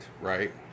right